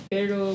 Pero